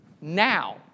now